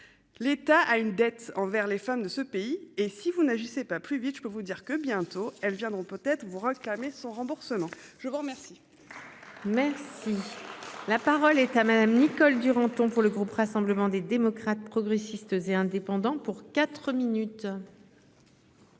L'État a une dette envers les femmes de ce pays et si vous n'agissez pas plus vite, je peux vous dire que bientôt, elles viendront peut-être vous clamé son remboursement. Je vous remercie. Merci. La parole est à madame Nicole Duranton. Comme pour le groupe Rassemblement des démocrates, progressistes et indépendants pour 4 minutes.